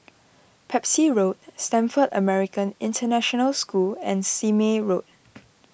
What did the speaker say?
Pepys Road Stamford American International School and Sime Road